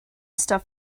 stuff